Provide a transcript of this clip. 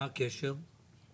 מה הקשר?